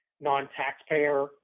non-taxpayer